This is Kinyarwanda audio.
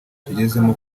tugezemo